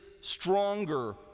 stronger